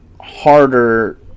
harder